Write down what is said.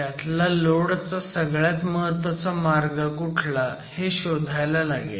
त्यातला लोड चा सगळ्यात महत्वाचा मार्ग कुठला हे शोधायला लागेल